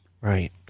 Right